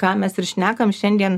ką mes ir šnekam šiandien